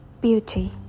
Beauty